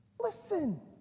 Listen